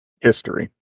history